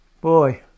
Boy